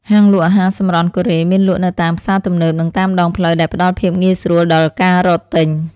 ហាងលក់អាហារសម្រន់កូរ៉េមានលក់នៅតាមផ្សារទំនើបនិងតាមដងផ្លូវដែលផ្តល់ភាពងាយស្រួលដល់ការរកទិញ។